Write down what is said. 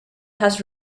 has